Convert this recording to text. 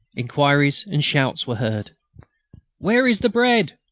enquiries and shouts were heard where is the bread?